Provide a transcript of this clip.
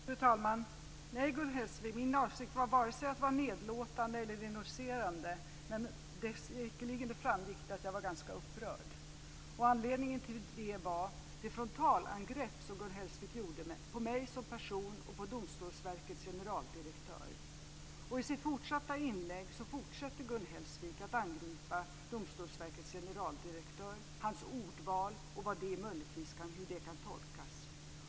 Fru talman! Nej, Gun Hellsvik, min avsikt var vare sig att vara nedlåtande eller ironiserande, men det framgick säkerligen att jag var ganska upprörd. Anledningen till det var det frontalangrepp som Gun Hellsvik gjorde på mig som person och på Domstolsverkets generaldirektör. I sitt senare inlägg fortsätter Gun Hellsvik att angripa Domstolsverkets generaldirektör, hans ordval och hur det möjligtvis kan tolkas.